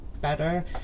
better